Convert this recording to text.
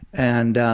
and